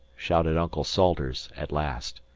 shouted uncle salters at last.